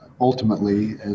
ultimately